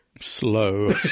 Slow